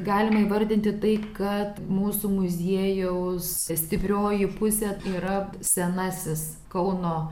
galima įvardyti tai kad mūsų muziejaus stiprioji pusė yra senasis kauno